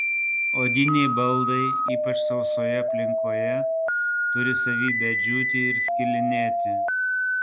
odiniai baldai ypač sausoje aplinkoje turi savybę džiūti ir skilinėti